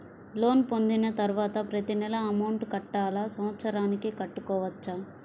Loan పొందిన తరువాత ప్రతి నెల అమౌంట్ కట్టాలా? సంవత్సరానికి కట్టుకోవచ్చా?